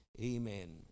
Amen